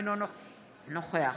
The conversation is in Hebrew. אינו נוכח